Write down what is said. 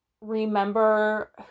remember